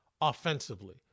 offensively